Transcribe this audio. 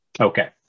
Okay